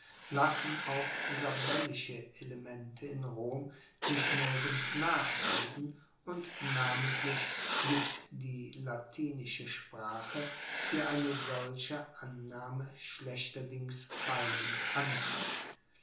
lassen auch sabellische elemente in rom sich nirgends nachweisen und namentlich gibt die latinische sprache fuer eine solche annahme schlechterdings keinen anhalt